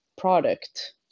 product